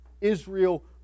israel